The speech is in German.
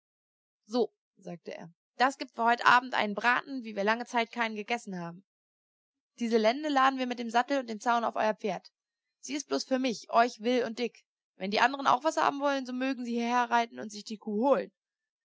so sagte er das gibt für heut abend einen braten wie wir lange zeit keinen gegessen haben diese lende laden wir mit dem sattel und dem zaume auf euer pferd sie ist bloß für mich euch will und dick wenn die andern auch etwas haben wollen so mögen sie hierher reiten und sich die kuh holen